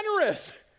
generous